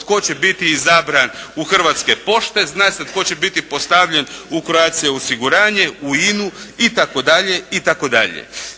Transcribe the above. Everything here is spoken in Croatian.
tko će biti izabran u Hrvatske pošte, zna se tko će biti postavljen u "Croatia osiguranje", u INA-u itd.